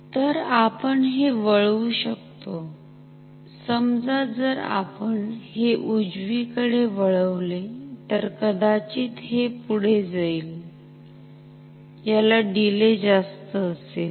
तर आपण हे वळवू शकतो समजा जर आपण हे उजवीकडे वळवले तर कदाचित हे पुढे जाईल याला डीले जास्त असेल